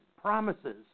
promises